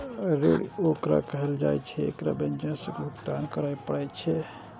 ऋण ओकरा कहल जाइ छै, जेकरा ब्याजक संग भुगतान करय पड़ै छै